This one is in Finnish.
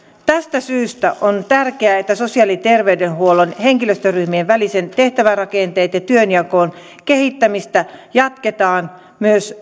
tästä syystä on tärkeää että sosiaali ja terveydenhuollon henkilöstöryhmien välisen tehtävärakenteen ja työnjaon kehittämistä jatketaan myös